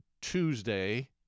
Tuesday